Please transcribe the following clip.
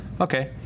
Okay